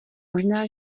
možná